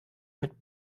mit